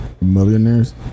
Millionaires